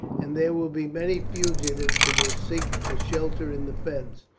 and there will be many fugitives who will seek for shelter in the fens.